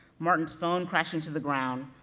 martin's phone crashing to the ground,